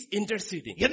interceding